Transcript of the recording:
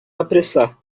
apressar